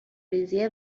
ریزی